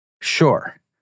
sure